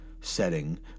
setting